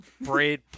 braid